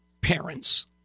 parents